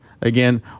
again